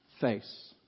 face